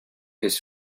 his